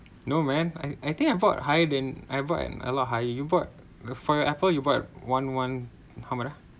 no man I I think I bought higher than I bought a lot higher you bought for your Apple you bought one one how much ah